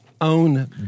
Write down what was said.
own